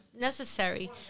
Necessary